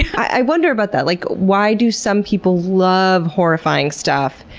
i wonder about that, like why do some people love horrifying stuff?